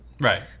Right